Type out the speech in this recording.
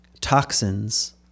toxins